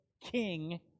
king